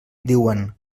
diuen